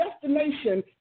destination